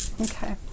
Okay